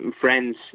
friends